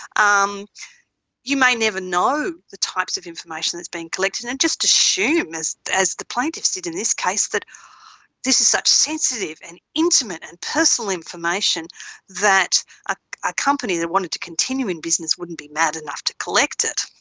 um you may never know the types of information that is being collected, and just assume, as as the plaintiffs did in this case, that this is such sensitive and intimate and personal information that a ah company that wanted to continue in business wouldn't be mad enough to collect it.